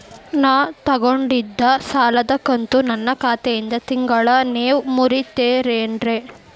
ನಾ ತೊಗೊಂಡಿದ್ದ ಸಾಲದ ಕಂತು ನನ್ನ ಖಾತೆಯಿಂದ ತಿಂಗಳಾ ನೇವ್ ಮುರೇತೇರೇನ್ರೇ?